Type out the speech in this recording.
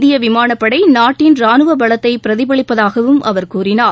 இந்திய விமானப்படை நாட்டின் ராணுவ பலத்தை பிரதிபலிப்பதாகவும் அவர் கூறினார்